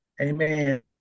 Amen